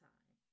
Time